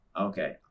Okay